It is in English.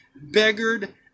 beggared